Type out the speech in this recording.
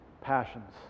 passions